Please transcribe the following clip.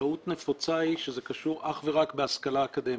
טעות נפוצה היא שזה קשור אך ורק בהשכלה אקדמית.